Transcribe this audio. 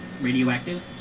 radioactive